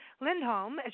Lindholm